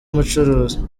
umucuruzi